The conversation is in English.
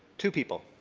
two people.